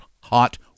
hot